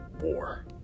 war